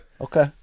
Okay